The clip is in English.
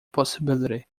possibility